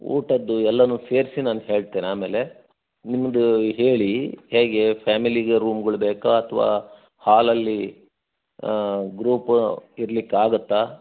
ಊಟದ್ದು ಎಲ್ಲನು ಸೇರಿಸಿ ನಾನು ಹೇಳ್ತೇನೆ ಆಮೇಲೆ ನಿಮ್ದು ಹೇಳಿ ಹೇಗೇ ಫ್ಯಾಮಿಲಿಗೆ ರೂಮ್ಗಳು ಬೇಕಾ ಅಥ್ವಾ ಹಾಲ್ ಅಲ್ಲೀ ಗ್ರೂಪ್ ಇರ್ಲಿಕ್ಕೆ ಆಗುತ್ತಾ